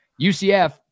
UCF